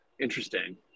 interesting